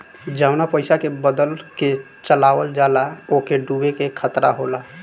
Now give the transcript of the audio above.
जवना पइसा के बदल के चलावल जाला ओके डूबे के खतरा होला